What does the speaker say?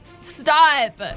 Stop